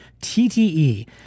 TTE